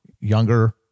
younger